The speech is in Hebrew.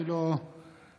אני לא שומע את עצמי.